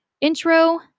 Intro